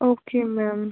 okay ma'am